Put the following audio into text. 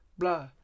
blah